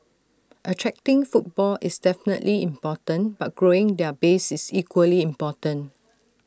attracting footfall is definitely important but growing the base is equally important